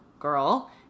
girl